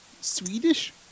Swedish